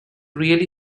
really